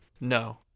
No